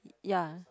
ya